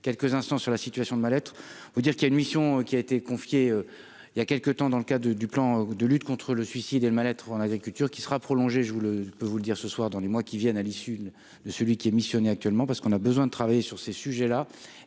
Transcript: quelques instants sur la situation de mal-être, il faut dire qu'il y a une mission qui a été confiée, il y a quelques temps dans le cas de du plan de lutte contre le suicide et le mal-être dans l'agriculture, qui sera prolongée, je vous le, je peux vous le dire ce soir dans les mois qui viennent, à l'issue de celui qui est missionné actuellement parce qu'on a besoin de travailler sur ces sujets-là